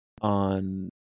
on